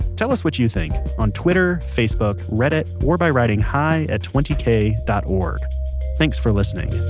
tell us what you think on twitter, facebook, reddit, or by writing hi at twenty k dot org thanks for listening